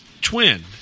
twin